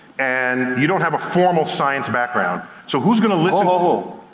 and you don't have a formal science background, so who's gonna listen whoa, whoa,